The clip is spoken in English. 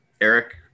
Eric